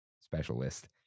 Specialist